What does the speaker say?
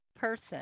person